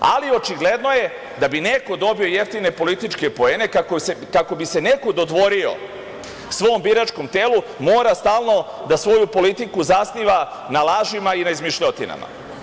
Ali, očigledno je, da bi neko dobio jeftine političke poene, kako bi se neko dodvorio svom biračkom telu, mora stalno da svoju politiku zasniva na lažima i na izmišljotinama.